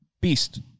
Beast